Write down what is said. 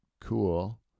cool